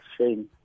shame